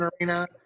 arena